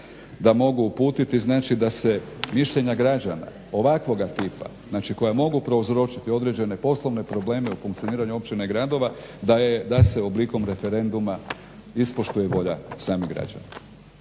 da mogu uputiti znači da se mišljenja građana ovakvoga tipa znači koja mogu prouzročiti određene poslovne probleme u funkcioniranju općina i gradova da se oblikom referenduma ispoštuje volja samih građana.